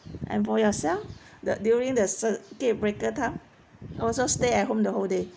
and for yourself the during the circuit breaker time also stay at home the whole day